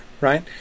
right